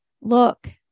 look